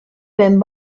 ben